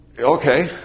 Okay